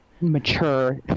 mature